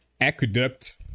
aqueduct